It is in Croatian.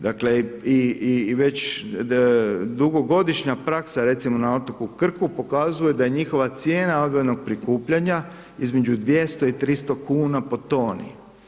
Dakle i već dugogodišnja praksa recimo na otoku Krku pokazuje da njihova cijena odvojenog prikupljanja između 200 i 300 kuna po toni.